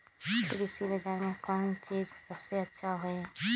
कृषि बजार में कौन चीज सबसे अच्छा होई?